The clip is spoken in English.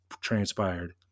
transpired